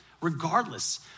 Regardless